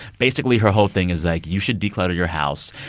basically, her whole thing is like, you should declutter your house.